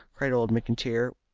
cried old mcintyre,